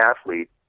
athlete